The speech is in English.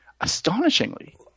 astonishingly